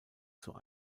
zur